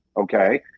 okay